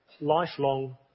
lifelong